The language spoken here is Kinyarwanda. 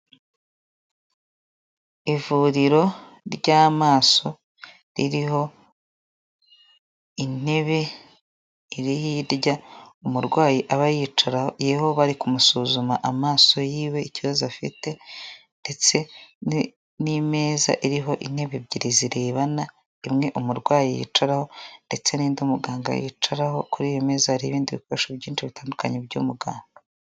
Ivuriro ry'amaso ririho intebe iri hirya, umurwayi aba yicayeho bari kumusuzuma amaso yiwe ikibazo afite ndetse n'imeza iriho intebe ebyiri zirebana, imwe umurwayi yicaraho ndetse n'indi muganga yicaraho, kuri iyo meza hariho ibindi bikoresho byinshi bitandukanye by'umuganga.